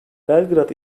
belgrad